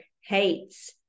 hates